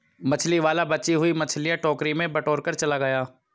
मछली वाला बची हुई मछलियां टोकरी में बटोरकर चला गया